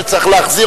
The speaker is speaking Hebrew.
שצריך להחזיר.